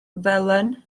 felen